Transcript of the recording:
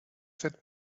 that